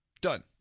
Done